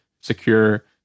secure